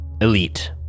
elite